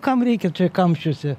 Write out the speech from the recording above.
kam reikia čia kamščiuose